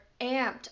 amped